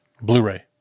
Blu-ray